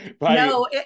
No